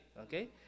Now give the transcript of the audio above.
Okay